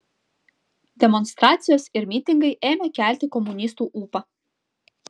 demonstracijos ir mitingai ėmė kelti komunistų ūpą